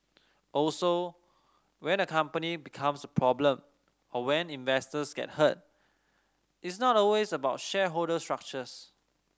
also when a company becomes a problem or when investors get hurt it's not always about shareholder structures